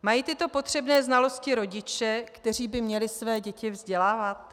Mají tyto potřebné znalosti rodiče, kteří by měli své děti vzdělávat?